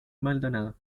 maldonado